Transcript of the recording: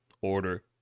order